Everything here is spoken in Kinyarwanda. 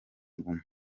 guma